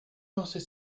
lancer